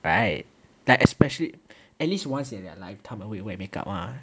right like especially at least once in their life 她们会 wear make up mah